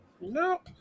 No